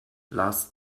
lars